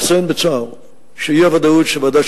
מה שפורסם הוא טיוטת המלצות של ועדת-ששינסקי.